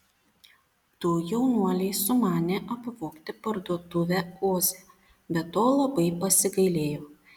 du jaunuoliai sumanė apvogti parduotuvę oze bet to labai pasigailėjo